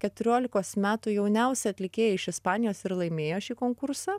keturiolikos metų jauniausia atlikėja iš ispanijos ir laimėjo šį konkursą